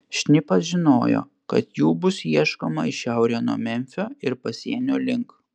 šnipas žinojo kad jų bus ieškoma į šiaurę nuo memfio ir pasienio link